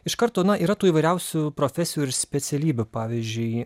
iš karto na yra tų įvairiausių profesijų ir specialybių pavyzdžiui